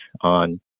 on